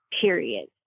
period